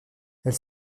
elle